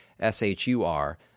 S-H-U-R